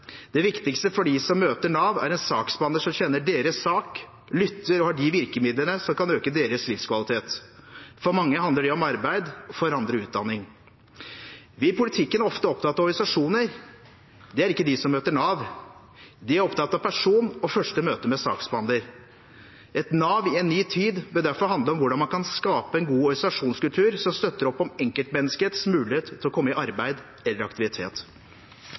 Det viktigste for dem som møter Nav, er en saksbehandler som kjenner deres sak, lytter og har virkemidlene som kan øke deres livskvalitet. For mange handler det om arbeid, for andre om utdanning. Vi i politikken er ofte opptatt av organisasjoner. Det er ikke de som møter Nav. De er opptatt av person og første møte med saksbehandler. Et Nav i en ny tid bør derfor handle om hvordan man skaper en god organisasjonskultur som støtter opp om enkeltmenneskets mulighet til å komme i arbeid eller aktivitet.